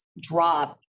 drop